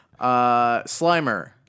Slimer